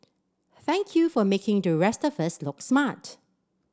thank you for making the rest of us look smart